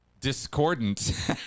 discordant